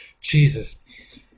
Jesus